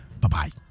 Bye-bye